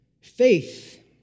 Faith